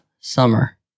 summer